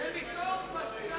זה מתוך מצע